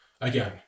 Again